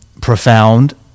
profound